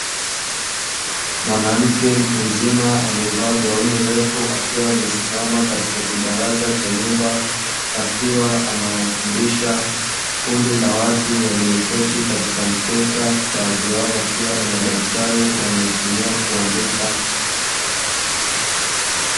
Mwanamke mtu mzima aliyevaa gauni refu akiwa amesimama katika kibaraza cha nyumba, akiwa anawafundisha kundi la watu walioketi katika mkeka baadhi yao wakiwa na madaftari wanayotumia kuandika.